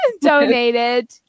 donated